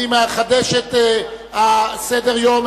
אני מחדש את סדר-היום,